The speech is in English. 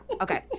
Okay